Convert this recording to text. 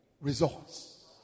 results